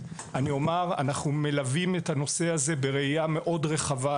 אנחנו מלווים את הנושא הזה בראייה מאוד רחבה,